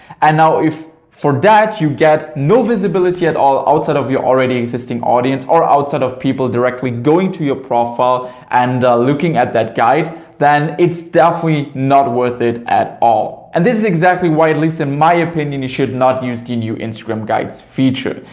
and now if for that you get no visibility at all outside of your already existing audience or outside of people directly going to your profile and looking at that guide then it's definitely not worth it at all. and this is exactly why at least in my opinion you should not use the new instagram guides feature.